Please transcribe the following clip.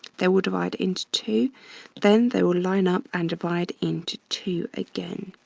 they will divide into two then they will line up and divide into two again.